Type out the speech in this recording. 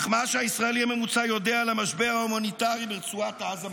אך מה שהישראלי הממוצע יודע על המשבר ההומניטרי ברצועת עזה,